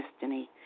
destiny